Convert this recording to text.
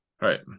Right